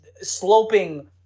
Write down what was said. sloping